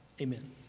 Amen